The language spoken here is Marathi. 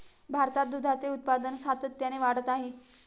भारतात दुधाचे उत्पादन सातत्याने वाढत आहे